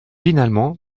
finalement